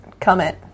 Comment